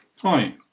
Hi